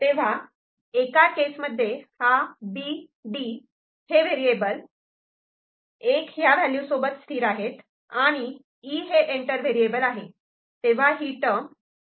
तेव्हा एका केसमध्ये हा B D हे व्हेरिएबल '1' ह्या व्हॅल्यू सोबत स्थिर आहेत आणि 'E' हे एंटर व्हेरिएबल आहे तेव्हा ही टर्म B D E झाली